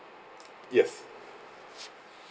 yes